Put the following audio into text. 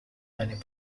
many